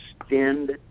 extend